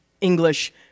English